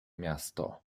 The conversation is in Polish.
miasto